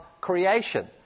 creation